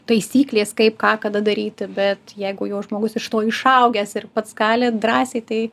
taisyklės kaip ką kada daryti bet jeigu jau žmogus iš to išaugęs ir pats gali drąsiai tai